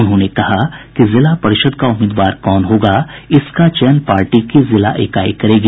उन्होंने कहा कि जिला परिषद का उम्मीदवार कौन होगा इसका चयन पार्टी की जिला इकाई करेगी